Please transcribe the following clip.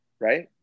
right